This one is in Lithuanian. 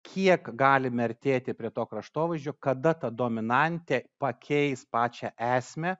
kiek galim artėti prie to kraštovaizdžio kada ta dominantė pakeis pačią esmę